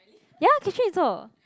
ya Catherine also